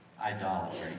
idolatry